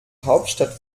hauptstadt